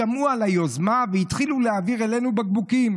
שמעו על היוזמה והתחילו להעביר אלינו בקבוקים.